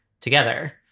together